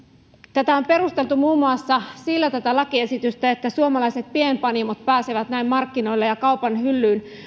tätä lakiesitystä on perusteltu muun muassa sillä että suomalaiset pienpanimot pääsevät näin markkinoille ja kaupan hyllyyn